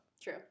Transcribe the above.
True